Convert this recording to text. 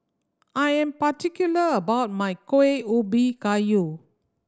I am particular about my Kuih Ubi Kayu